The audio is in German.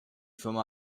firma